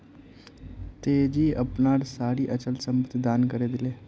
तेजी अपनार सारी अचल संपत्ति दान करे दिले